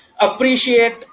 appreciate